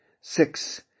six